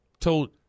Told